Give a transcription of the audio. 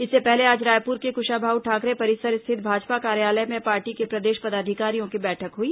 इससे पहले आज रायपुर के कुशाभाऊ ठाकरे परिसर स्थित भाजपा कार्यालय में पार्टी के प्रदेश पदाधिकारियों की बैठक हुई